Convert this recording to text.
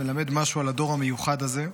זה מלמד משהו על הדור המיוחד הזה.